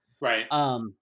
Right